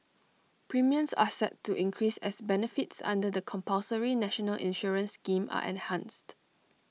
premiums are set to increase as benefits under the compulsory national insurance scheme are enhanced